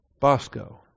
Bosco